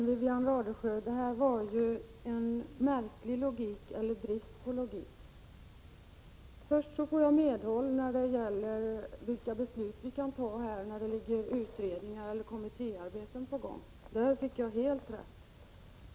Herr talman! Det här var en märklig logik, eller snarare brist på logik, Wivi-Anne Radesjö. Först får jag medhåll när det gäller vilka beslut vi kan ta när utredningar eller kommittéarbeten är på gång. På den punkten fick jag helt rätt.